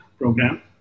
program